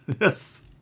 Yes